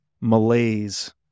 malaise